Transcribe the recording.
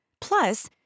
Plus